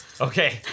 Okay